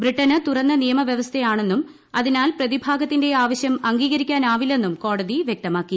ബ്രിട്ടന് തുറന്ന നിയമ വ്യവസ്ഥയാണെന്നും അതിനാൽ പ്രതിഭാഗത്തിന്റെ ആവശ്യം അംഗീകരിക്കാനാവില്ലെന്നും കോടതി വൃക്തമാക്കി